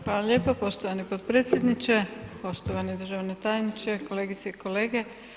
Hvala lijepa poštovani potpredsjedniče, poštovani državni tajniče, kolegice i kolege.